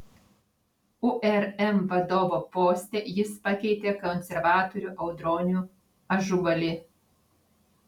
urm vadovo poste jis pakeitė konservatorių audronių ažubalį